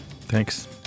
Thanks